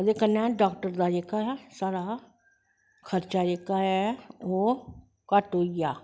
ते कन्नैं डाक्टर दा जेह्का साढ़ा खर्चा जेह्का ऐ ओह् घट्ट होई जा